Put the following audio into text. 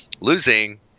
losing